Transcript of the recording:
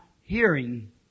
hearing